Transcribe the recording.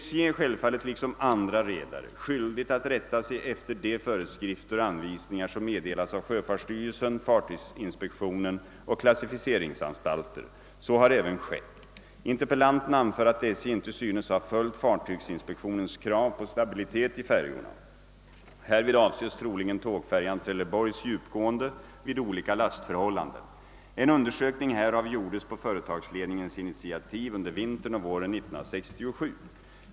SJ är självfallet liksom andra redare skyldigt att rätta sig efter de föreskrifter och anvisningar som meddelas av sjöfartsstyrelsen, fartygsinspektionen och klassificeringsanstalter. Så har även skett. Interpellanten anför att SJ inte synes ha följt fartygsinspektionens krav på stabilitet i färjorna. Härvid avses troligen tågfärjan Trelleborgs djupgående vid olika lastförhållanden. En undersökning härav gjordes på företagsledningens initiativ under vintern och våren 1967.